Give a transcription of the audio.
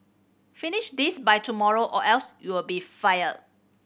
finish this by tomorrow or else you'll be fired